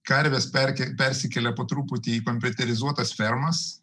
karves persi persikelia po truputį į kompiuterizuotas fermas